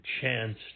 chance